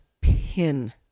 pin